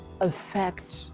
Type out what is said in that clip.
affect